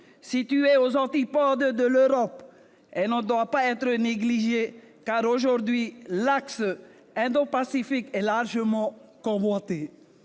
Située aux antipodes de l'Europe, elle ne doit pas être négligée, d'autant qu'aujourd'hui l'axe indopacifique est largement convoité.